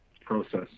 process